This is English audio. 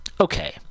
Okay